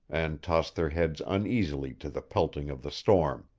and tossed their heads uneasily to the pelting of the storm.